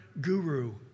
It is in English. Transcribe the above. guru